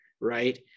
Right